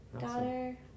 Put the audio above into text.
daughter